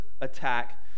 attack